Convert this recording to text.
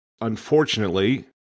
unfortunately